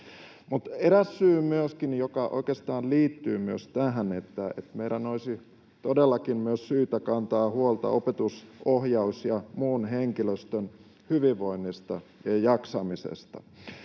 joka oikeastaan liittyy myös tähän, on, että meidän olisi todellakin myös syytä kantaa huolta opetus‑, ohjaus- ja muun henkilöstön hyvinvoinnista ja jaksamisesta.